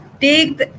take